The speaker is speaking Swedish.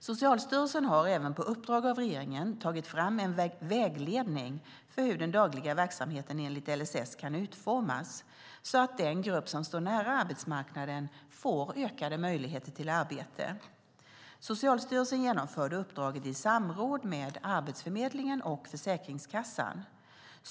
Socialstyrelsen har även på uppdrag av regeringen tagit fram en vägledning för hur den dagliga verksamheten enligt LSS kan utformas, så att den grupp som står nära arbetsmarknaden får ökade möjligheter till arbete. Socialstyrelsen genomförde uppdraget i samråd med Arbetsförmedlingen och Försäkringskassan.